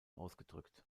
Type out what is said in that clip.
ausgedrückt